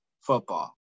football